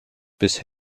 bis